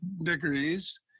degrees